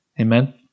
amen